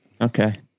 Okay